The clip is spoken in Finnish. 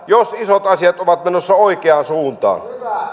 jos isot asiat ovat menossa oikeaan suuntaan